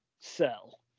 sell